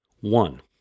One